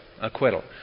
Acquittal